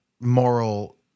moral